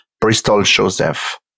Bristol-Joseph